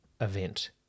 event